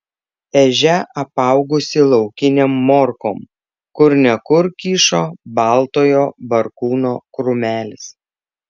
ežia apaugusi laukinėm morkom kur ne kur kyšo baltojo barkūno krūmelis